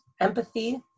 empathy